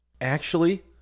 Actually